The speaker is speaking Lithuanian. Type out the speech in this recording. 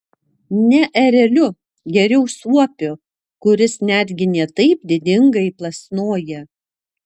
ne ereliu geriau suopiu kuris netgi ne taip didingai plasnoja